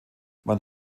wann